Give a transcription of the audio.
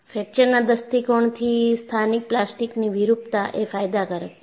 ફ્રેકચરફ્fractureના દૃષ્ટિકોણથી સ્થાનિક પ્લાસ્ટિકની વિરૂપતા એ ફાયદાકારક છે